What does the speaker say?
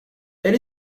elle